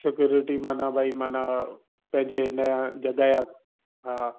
security माना भई माना पंहिंजे हिनजा जॻहि जा हा